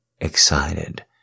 excited